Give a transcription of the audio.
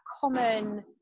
common